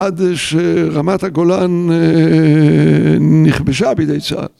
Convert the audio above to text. עד שרמת הגולן נכבשה בידי צה"ל.